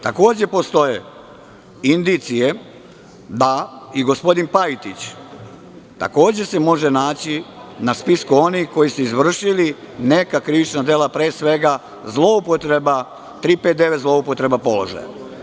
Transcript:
Takođe postoje indicije da i gospodin Pajtić takođe se može naći na spisku onih koji su izvršili neka krivična dela, pre svega zloupotreba položaja.